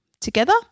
together